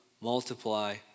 multiply